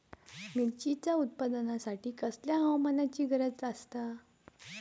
मिरचीच्या उत्पादनासाठी कसल्या हवामानाची गरज आसता?